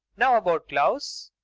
now about gloves